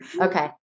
Okay